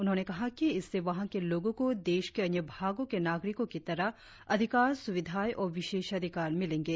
उन्होंने कहा कि इससे वहां के लोगों को देश के अन्य भागों के नागरिकों की तरह अधिकार सुविधाए और विशेषाधिकार मिलेंगे